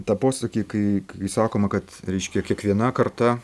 tą posakį kai kai sakoma kad reiškia kiekviena karta